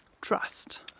trust